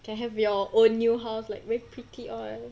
can I have your own new house like very pretty all